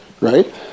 right